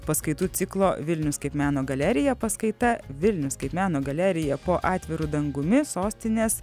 paskaitų ciklo vilnius kaip meno galerija paskaita vilnius kaip meno galerija po atviru dangumi sostinės